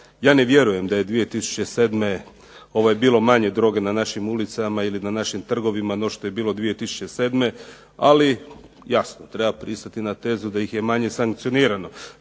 Ja ne vjerujem da je 2007. bilo manje droge na našim ulicama ili na našim trgovima no što je bilo 2007. Ali jasno, treba pristati na tezu da ih je manje sankcionirano.